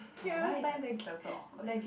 like why is your sister so awkward